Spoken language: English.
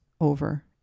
over